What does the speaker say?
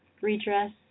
redress